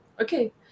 Okay